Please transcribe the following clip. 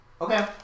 Okay